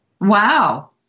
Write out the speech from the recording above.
Wow